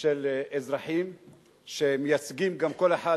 של אזרחים שמייצגים כל אחד,